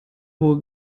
hohe